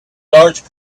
large